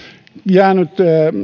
jäänyt